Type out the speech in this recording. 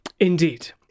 Indeed